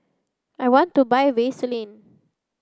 I want to buy Vaselin